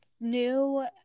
new